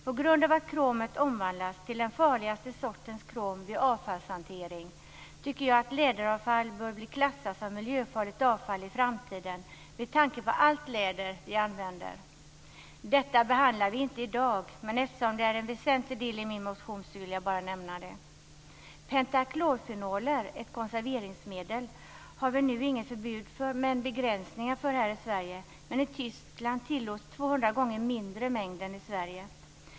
På grund av att kromet omvandlas till den farligaste sortens krom vid avfallshantering, tycker jag att läderavfall bör bli klassat som miljöfarligt avfall i framtiden med tanke på allt läder vi använder. Detta behandlar vi inte i dag, men eftersom det är en väsentlig del av mitt motion så vill jag bara nämna det. Pentaklorfenoler, ett konserveringsmedel, har vi nu inget förbud mot, men väl begränsningar för, i Sverige. I Tyskland tillåts dock 200 gånger mindre än i Sverige.